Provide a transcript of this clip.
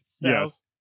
Yes